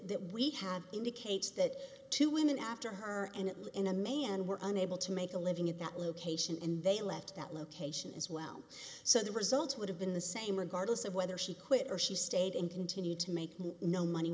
that we have indicates that two women after her and in a man were unable to make a living at that location and they left that location as well so the result would have been the same regardless of whether she quit or she stayed and continued to make no money